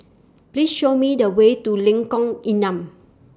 Please Show Me The Way to Lengkong Enam